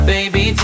Baby